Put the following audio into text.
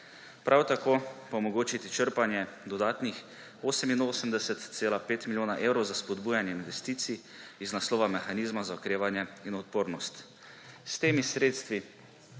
prav tako pa omogočiti črpanje dodatnih 88,5 milijona evrov za spodbujanje investicij iz naslova mehanizma za okrevanje in odpornost.